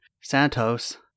santos